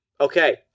Okay